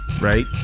Right